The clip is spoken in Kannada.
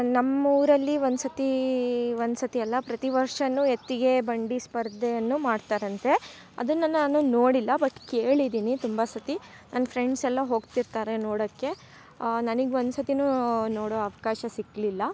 ನಮ್ಮ ಊರಲ್ಲಿ ಒಂದ್ಸರ್ತಿ ಒಂದ್ಸರ್ತಿ ಅಲ್ಲ ಪ್ರತಿ ವರ್ಷನು ಎತ್ತಿಗೆ ಬಂಡಿ ಸ್ಪರ್ಧೆಯನ್ನು ಮಾಡ್ತಾರಂತೆ ಅದನ್ನ ನಾನು ನೋಡಿಲ್ಲ ಬಟ್ ಕೇಳಿದ್ದೀನಿ ತುಂಬ ಸರ್ತಿ ನನ್ನ ಫ್ರೆಂಡ್ಸ್ ಎಲ್ಲ ಹೋಗ್ತಿರ್ತಾರೆ ನೋಡಕ್ಕೆ ನನಗೆ ಒಂದ್ಸರ್ತಿನೂ ನೋಡೋ ಅವಕಾಶ ಸಿಕ್ಕಲಿಲ್ಲ